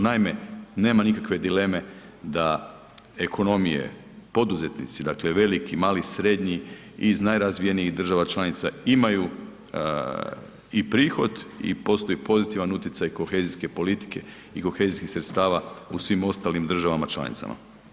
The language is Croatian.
Naime, nema nikakve dileme da ekonomije, poduzetnici dakle veliki, mali, srednji iz najrazvijenijih država članica imaju i prihod i postoji pozitivan utjecaj kohezijske politike i kohezijskih sredstva u svim ostalim državama članicama.